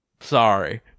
sorry